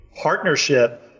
partnership